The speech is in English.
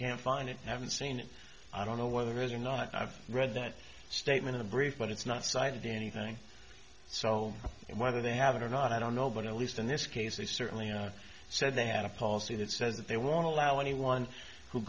can find it i haven't seen it i don't know whether or not i've read that statement a brief but it's not cited in anything so whether they have it or not i don't know but at least in this case they certainly you know said they had a policy that says that they won't allow anyone who